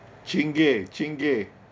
chingay chingay